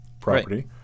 property